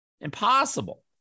impossible